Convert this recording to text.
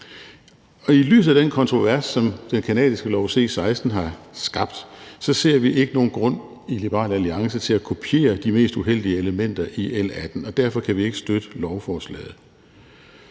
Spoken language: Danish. I lyset af den kontrovers, som den canadiske lov C 16 har skabt, ser vi ikke nogen grund i Liberal Alliance til at kopiere de mest uheldige elementer i L 18, og derfor kan vi ikke støtte lovforslaget.